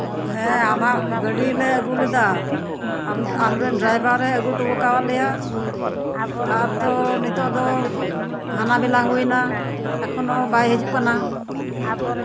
ᱦᱮᱸ ᱟᱢᱟᱜ ᱜᱟᱹᱰᱤᱞᱮ ᱟᱹᱜᱩ ᱞᱮᱫᱟ ᱟᱢᱨᱮᱱ ᱰᱨᱟᱭᱵᱷᱟᱨ ᱮ ᱟᱹᱜᱩ ᱦᱚᱴᱚ ᱠᱟᱜ ᱞᱮᱭᱟ ᱟᱫᱚ ᱱᱤᱛᱚᱜ ᱫᱚ ᱦᱟᱱᱟ ᱵᱮᱞᱟ ᱦᱩᱭ ᱱᱟ ᱮᱠᱷᱚᱱ ᱦᱚᱸ ᱵᱟᱭ ᱦᱤᱡᱩᱜ ᱠᱟᱱᱟ